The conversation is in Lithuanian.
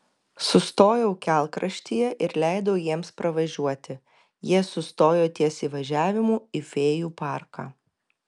sustojau kelkraštyje ir leidau jiems pravažiuoti jie sustojo ties įvažiavimu į fėjų parką